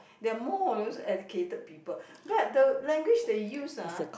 they're more of those educated people but the language they use ah